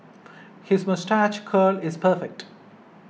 his moustache curl is perfect